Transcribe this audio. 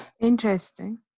Interesting